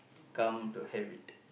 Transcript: come to have it